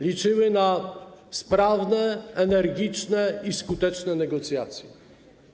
Liczyły na sprawne, energiczne i skuteczne negocjacje.